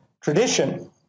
tradition